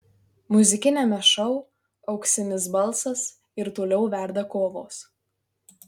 muzikiniame šou auksinis balsas ir toliau verda kovos